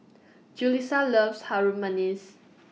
Julisa loves Harum Manis